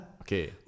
Okay